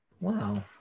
Wow